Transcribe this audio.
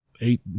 eight